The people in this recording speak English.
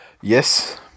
Yes